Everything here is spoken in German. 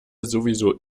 sowieso